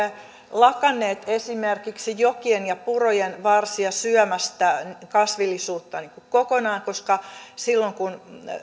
lakanneet esimerkiksi jokien ja purojen varsilta syömästä kasvillisuutta kokonaan koska silloin kun